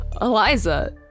Eliza